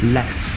Less